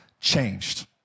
changed